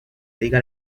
liga